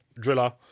Driller